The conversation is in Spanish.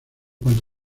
cuanto